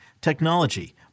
technology